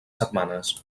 setmanes